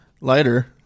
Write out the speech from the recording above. lighter